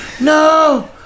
No